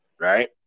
right